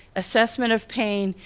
assessment of pain,